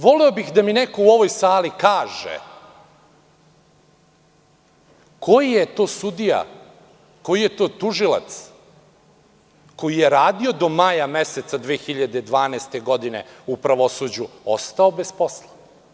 Voleo bih da mi neko u ovoj sali kaže – koji je to sudija, koji je to tužilac koji je radio do maja 2012. godine u pravosuđu ostao bez posla?